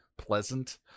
pleasant